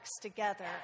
together